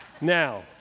Now